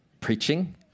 preaching